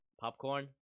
Popcorn